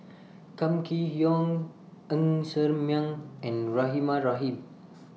Kam Kee Yong Ng Ser Miang and Rahimah Rahim